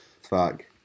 fuck